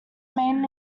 main